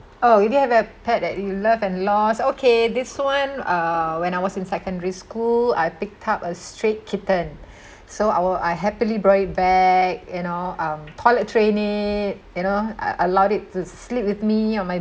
oh if you have a pet that you love and lost okay this one err when I was in secondary school I picked up a street kitten so I were I happily brought it back you know um toilet train it you know I allowed it to sleep with me on my